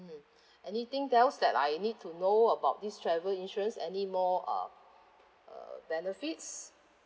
mm anything else that I need to know about this travel insurance anymore uh uh benefits